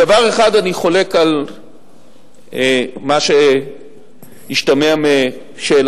בדבר אחד אני חולק על מה שהשתמע משאלתך,